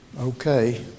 okay